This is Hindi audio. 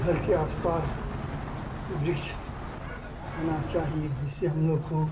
घर के आस पास वृक्ष होना चाहिए जिससे हम लोग को